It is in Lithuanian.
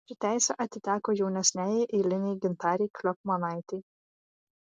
ši teisė atiteko jaunesniajai eilinei gintarei kliopmanaitei